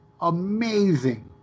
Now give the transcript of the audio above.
amazing